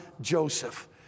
Joseph